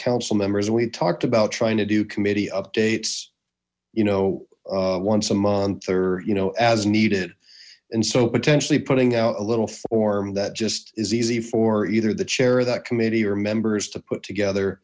council members we talked about trying to do committee updates you know once a month or you know as needed and so potentially putting out a little form that just is easy for either the chair of that committee or members to put together